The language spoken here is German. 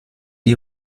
die